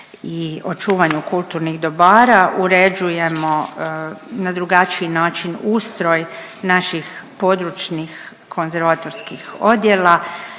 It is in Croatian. i očuvanju kulturnih dobara, uređujemo na drugačiji način ustroj naših područnih konzervatorskih odjela.